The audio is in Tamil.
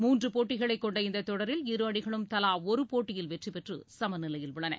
மூன்று போட்டிகளைக் கொண்ட இந்த தொடரில் இரு அணிகளும் தலா ஒரு போட்டியில் வெற்றிபெற்று சமநிலையில் உள்ளன